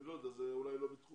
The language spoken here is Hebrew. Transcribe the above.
אני לא יודע, אולי זה לא בתחומך,